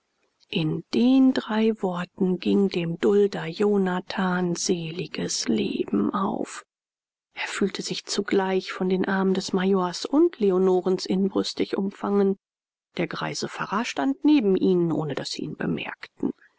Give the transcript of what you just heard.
in den drei worten ging dem dulder jonathan seliges leben auf er fühlte sich zugleich von den armen des majors und leonorens inbrünstig umfangen der greise pfarrer stand neben ihnen ohne daß sie ihn bemerkten